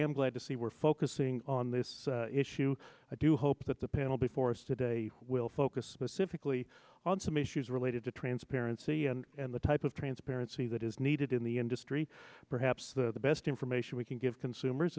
am glad to see we're focusing on this issue i do hope that the panel before us today will focus specifically on some issues related to transparency and the type of transparency that is needed in the industry perhaps the best information we can give consumers